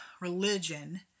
religion